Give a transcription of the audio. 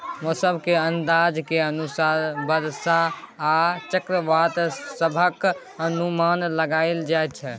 मौसम के अंदाज के अनुसार बरसा आ चक्रवात सभक अनुमान लगाइल जाइ छै